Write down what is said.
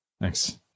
thanks